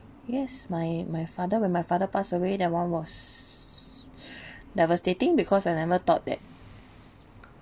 yes my my father when my father pass away that one was devastating because I never thought that